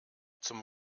zum